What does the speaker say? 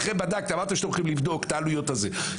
אחרי שבדקתם אמרתם שאתם הולכים לבדוק את העלויות כשתפרו